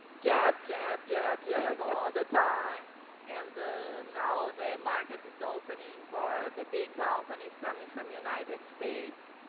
jab, jab, jab, jab, all the time and the, now the market is opening for the big companies coming from united states.